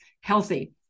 healthy